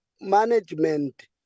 management